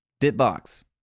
BitBox